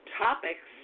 topics